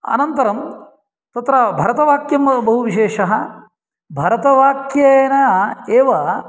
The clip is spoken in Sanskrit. अनन्तरं तत्र भरतवाक्यं बहुविशेषः भरतवाक्येन एव